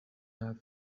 hafi